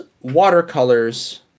Watercolors